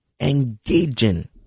engaging